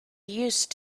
used